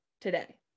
today